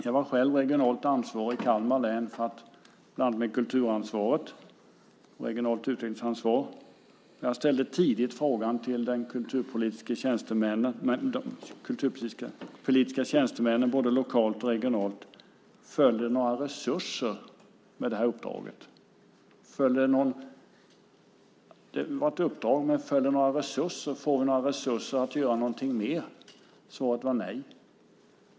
Jag var själv regionalt ansvarig i Kalmar län med bland annat ett regionalt utvecklingsansvar för kulturen. Jag ställde tidigt frågan till de kulturpolitiska tjänstemännen både lokalt och regionalt: Följer det några resurser med det här uppdraget, får vi några resurser för att göra något mer? Svaret var nej.